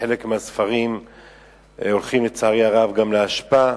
וחלק מהספרים הולכים לצערי הרב גם לאשפה.